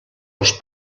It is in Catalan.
els